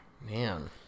Man